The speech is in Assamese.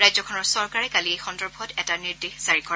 ৰাজ্যখনৰ চৰকাৰে কালি এই সন্দৰ্ভত এটা নিৰ্দেশ জাৰি কৰে